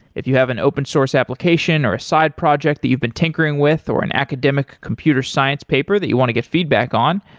if you have an open source application or a side project that you've been tinkering with or an academic computer science paper that you want to get feedback on,